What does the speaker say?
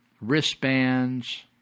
wristbands